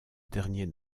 dernier